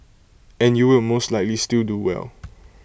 and you will most likely still do well